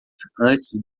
antes